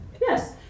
Yes